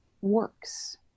works